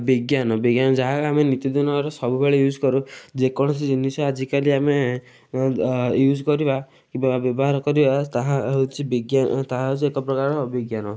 ବିଜ୍ଞାନ ବିଜ୍ଞାନ ଯାହାକୁ ଆମେ ନିତିଦିନର ସବୁବେଳେ ୟୁଜ୍ କରୁ ଯେକୌଣସି ଜିନିଷ ଆଜିକାଲି ଆମେ ୟୁଜ୍ କରିବା କିମ୍ବା ବ୍ୟବହାର କରିବା ତାହା ହେଉଛି ତାହା ହେଉଛି ଏକ ପ୍ରକାର ବିଜ୍ଞାନ